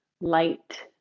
light